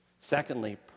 Secondly